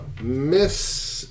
Miss